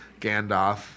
Gandalf